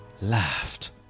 laughed